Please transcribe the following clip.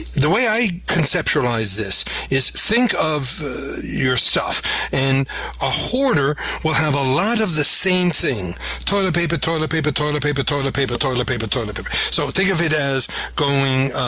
the way i conceptualize this is think of your stuff and a hoarder will have a lot of the same thing toilet paper, toilet paper, toilet paper, toilet paper toilet paper, toilet paper. so think of it as going